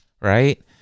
right